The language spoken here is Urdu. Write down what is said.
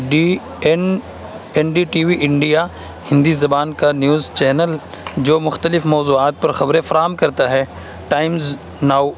D N N D T V India Hindi زبان کا نیوز چینل جو مختلف موضوعات پر خبریں فراہم کرتا ہے ٹائمز ناؤ